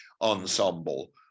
ensemble